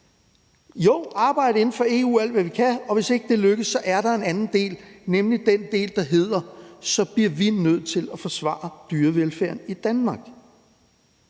skal arbejde inden for EU alt, hvad vi kan, og hvis ikke det lykkes, er der en anden del, nemlig den del, der handler om, at så bliver vi nødt til at forsvare dyrevelfærden i Danmark.